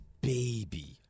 baby